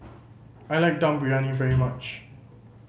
I like Dum Briyani very much